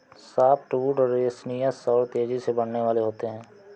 softwood resinous और तेजी से बढ़ने वाले होते हैं